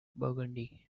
burgundy